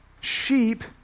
Sheep